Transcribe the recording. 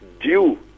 due